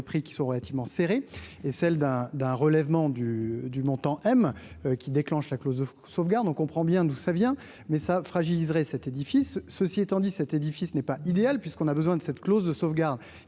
prix qui sont relativement serrés et celle d'un d'un relèvement du du montant, M. qui déclenche la clause de sauvegarde, on comprend bien d'où ça vient mais ça fragiliserait cet édifice, ceci étant dit, cet édifice n'est pas idéal, puisqu'on a besoin de cette clause de sauvegarde